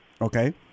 okay